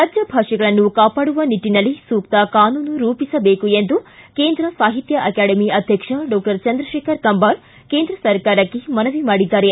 ರಾಜ್ಯ ಭಾಷೆಗಳನ್ನು ಕಾಪಾಡುವ ನಿಟ್ಟನಲ್ಲಿ ಸೂಕ್ತ ಕಾನೂನು ರೂಪಿಸಬೇಕು ಎಂದು ಕೇಂದ್ರ ಸಾಹಿತ್ಯ ಅಕಾಡೆಮಿ ಅಧ್ಯಕ್ಷ ಡಾಕ್ಟರ್ ಚಂದ್ರಶೇಖರ ಕಂಬಾರ ಕೇಂದ್ರ ಸರ್ಕಾರಕ್ಕೆ ಮನವಿ ಮಾಡಿದ್ದಾರೆ